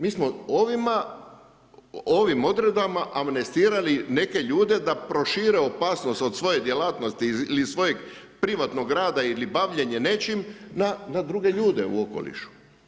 Mi smo ovim odredbama ovim odredbama amnestirali neke ljude da prošire opasnost od svoje djelatnosti ili svojeg privatnog rada ili bavljenja nečim na druge ljude u okolišu.